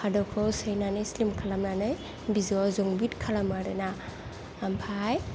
खादौखौ सैनानै स्लिम खालामनानै बिजौआव जंलिब खालामो आरोना ओमफ्राय